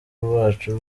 bacu